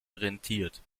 rentiert